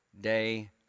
day